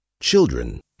Children